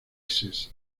essex